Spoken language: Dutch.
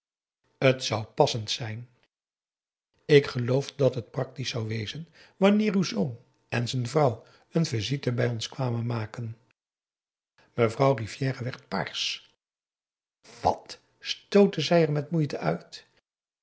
t zou passend zijn ik geloof dat het practisch zou wezen wanneer uw zoon en z'n vrouw n visite bij ons kwamen maken mevrouw rivière werd paars wat stootte zij er met moeite uit